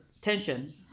tension